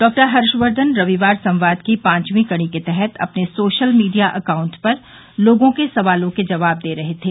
doctor Harshvardhan रविवार संवाद की पांचवीं कड़ी के तहत अपने सोशल मीडिया अकाउंट पर लोगों के सवालों के जवाब दे रहे थे